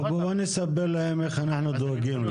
בוא, בוא נספר להם איך אנחנו דואגים לו.